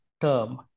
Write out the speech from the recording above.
term